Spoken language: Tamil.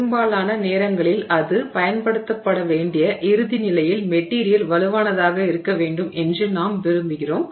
பெரும்பாலான நேரங்களில் அது பயன்படுத்தப்பட வேண்டிய இறுதி நிலையில் மெட்டிரியல் வலுவானதாக இருக்க வேண்டும் என்று நாம் விரும்புகிறோம்